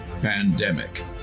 Pandemic